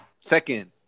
second